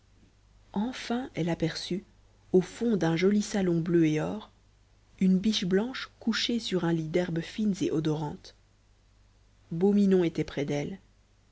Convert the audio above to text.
enfin elle aperçut au fond d'un joli salon bleu et or une biche blanche couchée sur un lit d'herbes fines et odorantes beau minon était près d'elle